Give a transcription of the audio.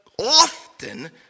often